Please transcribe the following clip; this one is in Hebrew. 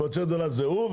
מועצת גדולי התורה זה הוא,